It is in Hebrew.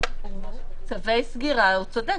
צווי סגירה הוא צודק.